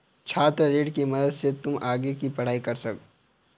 छात्र ऋण की मदद से तुम आगे की पढ़ाई कर लो